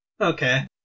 Okay